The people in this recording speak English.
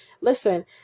Listen